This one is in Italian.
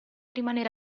rimanere